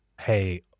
hey